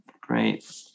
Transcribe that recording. great